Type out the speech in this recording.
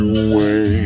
away